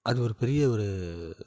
அது ஒரு பெரிய ஒரு